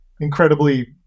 incredibly